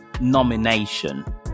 nomination